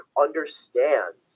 understands